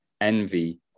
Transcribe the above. envy